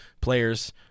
players